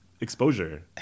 exposure